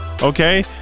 Okay